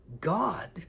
God